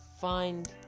find